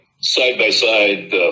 side-by-side